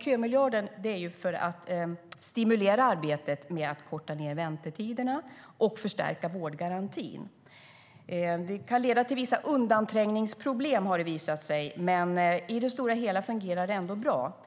Kömiljarden ska stimulera arbetet med att korta ned väntetiderna och förstärka vårdgarantin. Det kan leda till vissa undanträngningsproblem, har det visat sig, men i det stora hela fungerar det ändå bra.